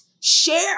share